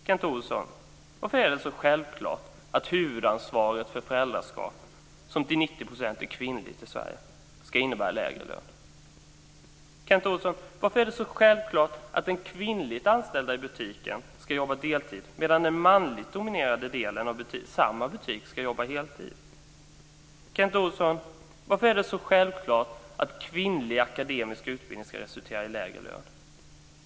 Kent Olsson, varför är det så självklart att huvudansvaret för föräldraskapet, som till 90 % är kvinnligt i Sverige, ska innebära lägre lön? Kent Olsson, varför är det så självklart att de kvinnliga anställda i butiken ska jobba deltid, medan den manligt dominerade delen av samma butik ska jobba heltid? Kent Olsson, varför är det så självklart att kvinnlig akademisk utbildning ska resultera i lägre lön?